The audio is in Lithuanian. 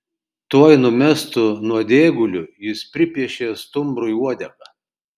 tuoj numestu nuodėguliu jis pripiešė stumbrui uodegą